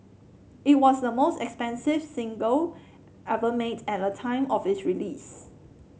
it was the most expensive single ever made at the time of its release